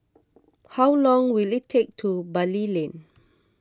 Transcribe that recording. how long will it take to Bali Lane